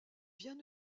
bien